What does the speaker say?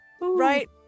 right